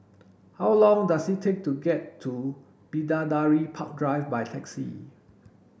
how long does it take to get to Bidadari Park Drive by taxi